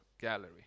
gallery